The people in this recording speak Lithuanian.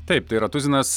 taip tai yra tuzinas